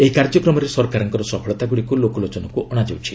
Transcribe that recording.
ଏହି କାର୍ଯ୍ୟକ୍ରମରେ ସରକାରଙ୍କର ସଫଳତାଗୁଡ଼ିକୁ ଲୋକଲୋଚନକୁ ଅଣାଯାଉଛି